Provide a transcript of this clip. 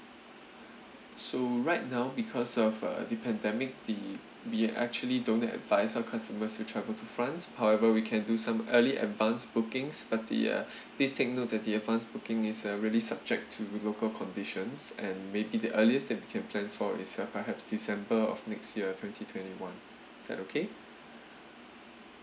so right now because of uh the pandemic the we actually don't advise our customers to travel to france however we can do some early advance bookings but the uh please take note that the advance booking is uh really subject to local conditions and maybe the earliest that we can plan for is uh perhaps december of next year twenty twenty one is that okay